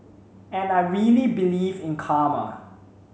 and I really believe in Karma